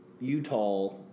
Utah